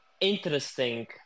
interesting